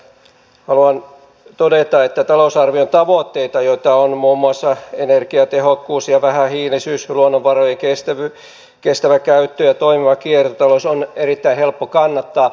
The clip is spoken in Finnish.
haluan todeta että talousarvion tavoitteita joita ovat muun muassa energiatehokkuus ja vähähiilisyys luonnonvarojen kestävä käyttö ja toimiva kiertotalous on erittäin helppo kannattaa